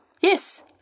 Yes